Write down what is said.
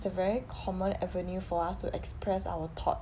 it's a very common avenue for us to express our thought